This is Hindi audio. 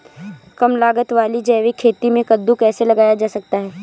कम लागत वाली जैविक खेती में कद्दू कैसे लगाया जा सकता है?